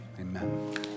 amen